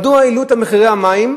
מדוע העלו את מחירי המים?